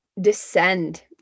descend